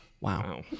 Wow